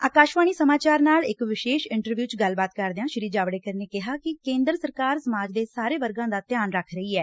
ਆਕਾਸ਼ਵਾਣੀ ਸਮਾਚਾਰ ਨਾਲ ਇਕ ਵਿਸ਼ੇਸ਼ ਇੰਟਰਵਿਉ ਚ ਗੱਲਬਾਤ ਕਰਦਿਆਂ ਸ੍ਰੀ ਜਾਵੜੇਕਰ ਨੇ ਕਿਹਾ ਕਿ ਕੇਂਦਰ ਸਰਕਾਰ ਸਮਾਜ ਦੇ ਸਾਰੇ ਵਰਗਾਂ ਦਾ ਧਿਆਨ ਰੱਖ ਰਹੀ ਐ